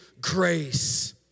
grace